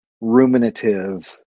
ruminative